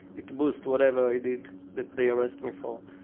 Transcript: it boost whatever i did that they arrest me for.